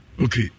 Okay